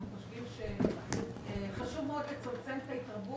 חושבים שחשוב מאוד לצמצם את ההתרבות,